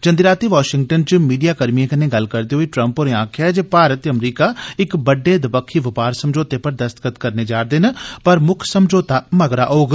जंदी रातीं वाशिंगटन च मीडिया कर्मिएं कन्नै गल्लबात करदे होई ट्रम्प होरें आक्खेआ जे भारत ते अमरीका इक बड्डे दबक्खी बपार समझोते पर दस्तख्त करने जारदे न पर मुक्ख समझौता मगरा होग